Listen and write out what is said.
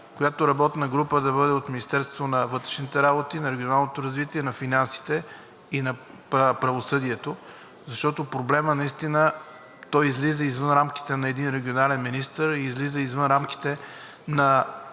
която работна група да бъде от Министерството на вътрешните работи, на Регионалното развитие, на Финансите и на Правосъдието, защото проблемът наистина излиза извън рамките на едни регионален министър, излиза извън рамките на